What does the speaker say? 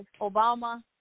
Obama